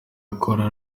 akora